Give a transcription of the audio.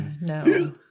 No